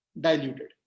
diluted